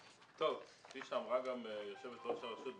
כפי שאמרה גם יושבת-ראש הרשות,